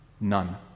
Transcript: None